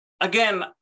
again